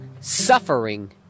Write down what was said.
suffering